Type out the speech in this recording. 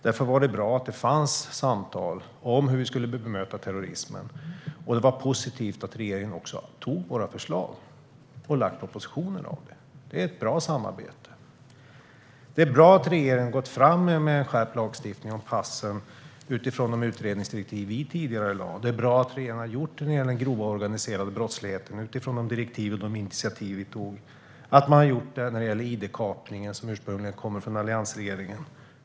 Därför var det bra att det fanns samtal om hur vi skulle bemöta terrorismen, och det är positivt att regeringen också tagit våra förslag och lagt fram propositioner. Det är ett bra samarbete. Det är bra att regeringen har gått fram med skärpt lagstiftning om passen utifrån de utredningsdirektiv som vi tidigare lade fram. Det regeringen har gjort när det gäller den grova organiserade brottsligheten är bra, utifrån de direktiv och initiativ som vi tog. Det är bra att man har gjort det även när det gäller id-kapningen, vilket ursprungligen kommer från alliansregeringen.